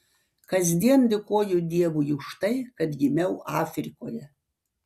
kasdien dėkoju dievui už tai kad gimiau afrikoje